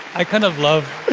i kind of love